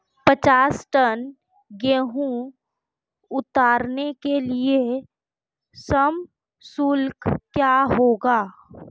पचास टन गेहूँ उतारने के लिए श्रम शुल्क क्या होगा?